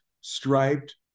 striped